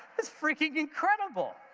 is freaking incredible,